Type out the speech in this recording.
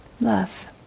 love